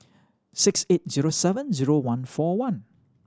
six eight zero seven zero one four one